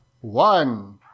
one